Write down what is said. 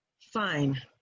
Fine